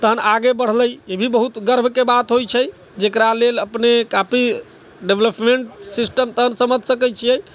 तहन आगे बढ़लै ई भी बहुत गर्वके बात होइ छै जकरा लेल अपने काफी डेवलपमेन्ट सिस्टम तहन समझि सकै छियै